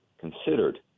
considered